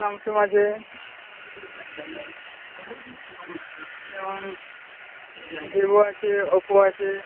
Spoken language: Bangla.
স্যামসং আছে যেমন ভিভো আছে ওপো আছে